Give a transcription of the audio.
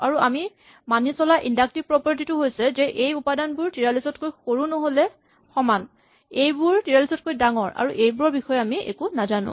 আৰু আমি মানি চলা ইন্ডাক্টিভ প্ৰপাৰটী টো হৈছে যে এই উপাদানবোৰ ৪৩ তকৈ সৰু নহ'লে সমান এইবোৰ ৪৩ তকৈ ডাঙৰ আৰু এইবোৰৰ বিষয়ে একো নাজানো